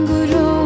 Guru